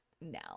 now